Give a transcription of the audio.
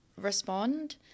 respond